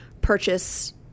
purchase